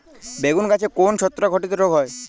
বেগুন গাছে কোন ছত্রাক ঘটিত রোগ হয়?